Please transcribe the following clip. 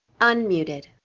Unmuted